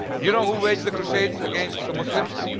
you know who waged the crusades against the muslims?